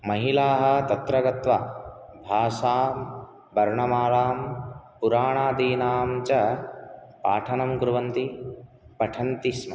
महिलाः तत्र गत्वा भाषां वर्णमालां पुरणादीनाम् च पाठनं कुर्वन्ति पठन्ति स्म